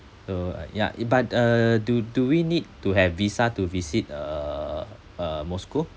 so uh ya but uh do do we need to have visa to visit uh uh moscow